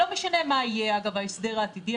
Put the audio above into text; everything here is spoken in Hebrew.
לא משנה מה יהיה ההסדר העתידי,